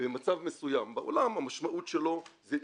מצב מסוים בעולם, המשמעות שלו זה עידוד.